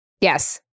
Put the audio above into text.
Yes